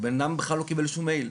הבן אדם בכלל לא קיבל שום אימייל.